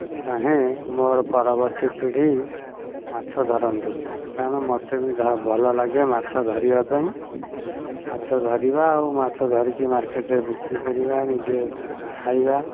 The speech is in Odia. ମୁଁ ଚାହେଁ ମୋ ପରବର୍ତ୍ତୀ ପିଢ଼ି ମାଛ ଧରନ୍ତୁ କାରଣ ମୋତେ ବି ଭଲ ଲାଗେ ମାଛ ଧରିବା ପାଇଁ ମାଛ ଧରିବା ଆଉ ମାଛ ଧରିକି ମାର୍କେଟରେ ବିକ୍ରି କରିବା ନିଜେ ଖାଇବା